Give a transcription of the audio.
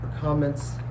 comments